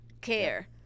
care